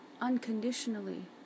unconditionally